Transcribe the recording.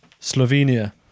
Slovenia